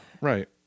right